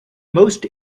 most